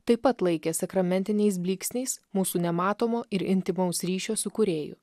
taip pat laikė sakramentiniais blyksniais mūsų nematomo ir intymaus ryšio su kūrėju